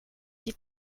die